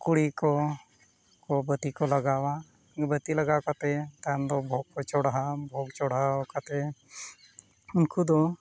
ᱠᱩᱲᱤ ᱠᱚ ᱵᱟᱹᱛᱤ ᱠᱚ ᱞᱟᱜᱟᱣᱟ ᱵᱟᱹᱛᱤ ᱞᱟᱜᱟᱣ ᱠᱟᱛᱮᱫ ᱛᱟᱭᱚᱢ ᱫᱚ ᱵᱷᱳᱜᱽ ᱠᱚ ᱪᱚᱲᱦᱟᱣᱟ ᱵᱷᱳᱜᱽ ᱪᱚᱲᱦᱟᱣ ᱠᱟᱛᱮᱫ ᱩᱱᱠᱩ ᱫᱚ